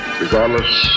regardless